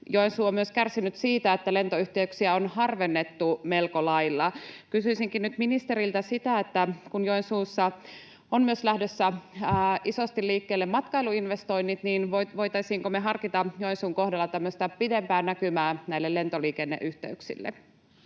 Joensuu on myös kärsinyt siitä, että lentoyhteyksiä on harvennettu melko lailla. Kysyisinkin nyt ministeriltä, että kun Joensuussa ovat myös lähdössä isosti liikkeelle matkailuinvestoinnit, niin voitaisiinko me harkita Joensuun kohdalla tämmöistä pidempää näkymää näille lentoliikenneyhteyksille.